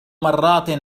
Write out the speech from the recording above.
مرات